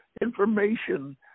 information